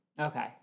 Okay